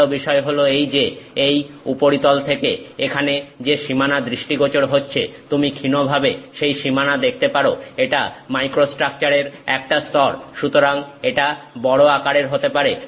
ভালো বিষয় হল এই যে এই উপরিতল থেকে এখানে যে সীমানা দৃষ্টিগোচর হচ্ছে তুমি ক্ষীণভাবে সেই সীমানা দেখতে পারো এটা মাইক্রোস্ট্রাকচারের একটা স্তর সুতরাং এটা বড় আকারের হতে পারে